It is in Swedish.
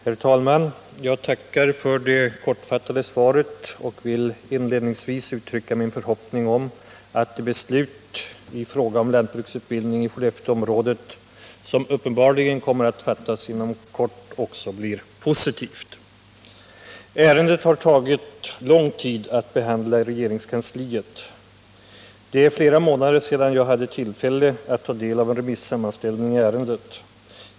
Herr talman! Jag tackar för det kortfattade svaret och vill inledningsvis uttrycka min förhoppning om att det beslut i fråga om lantbruksutbildning i Skelleftekområdet, som uppenbarligen kommer att fattas inom kort, också blir positivt. Ärendet har tagit lång tid att behandla i regeringskansliet. Det är flera månader sedan jag hade tillfälle att ta del av en remissammanställning i ärendet.